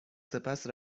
سپس